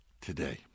today